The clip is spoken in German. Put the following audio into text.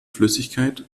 flüssigkeit